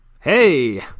Hey